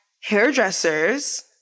Hairdressers